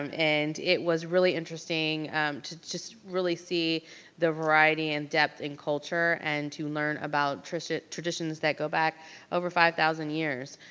um and it was really interesting to just really see the variety and depth and culture, and to learn about traditions traditions that go back over five thousand years.